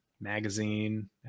magazine